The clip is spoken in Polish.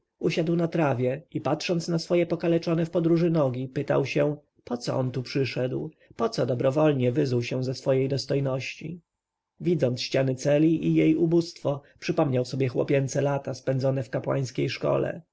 usiadł na trawie i patrząc na swoje pokaleczone w podróży nogi pytał się poco on tu przyszedł poco dobrowolnie wyzuł się ze swej dostojności widząc ściany celi i jej ubóstwo przypomniał sobie chłopięce lata spędzone w kapłańskiej szkole